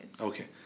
Okay